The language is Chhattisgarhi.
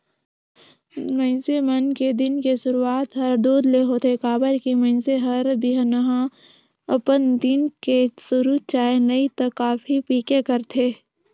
मइनसे मन के दिन के सुरूआत हर दूद ले होथे काबर की मइनसे हर बिहनहा अपन दिन के सुरू चाय नइ त कॉफी पीके करथे